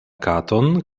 katon